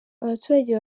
abaturage